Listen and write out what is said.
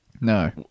No